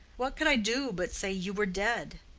what could i do but say you were dead?